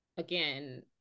again